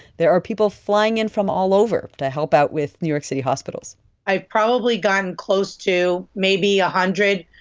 there are people flying in from all over to help out with new york city hospitals i've probably gotten close to maybe a hundred,